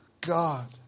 God